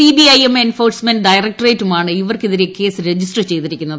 സിബിഐയും enforcement ഡയറക്ട്രേറ്റുമാണ് ഇവർക്കെതിരെ case register ചെയ്തിരിക്കുന്നത്